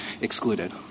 excluded